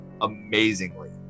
amazingly